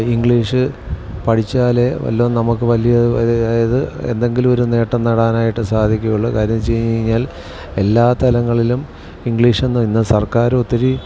English പഠിച്ചാലെ വല്ലോം നമുക്ക് വലിയ അതാ അതായിത് എന്തെങ്കിലുമൊരു നേട്ടം നേടാനായിട്ട് സാധിക്കുവുള്ളു കാര്യംന്നെച്ച് കഴിഞ്ഞാൽ എല്ലാ തലങ്ങളിലും ഇംഗ്ലീഷൊന്നും ഇന്ന് സർക്കാരും ഒത്തിരി